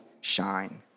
shine